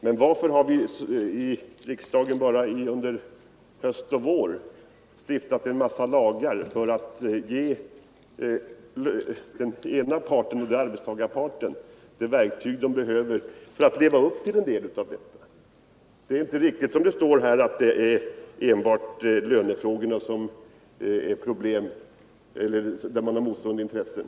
Men varför har vi i riksdagen under våren och hösten stiftat en mängd lagar för att ge den ena parten — arbetstagarparten — de verktyg den behöver för att kunna leva upp till åtminstone en del av vad vi här eftersträvar? Det är inte riktigt som det står här, att det enbart är i lönefrågorna som man har motstående intressen.